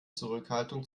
zurückhaltung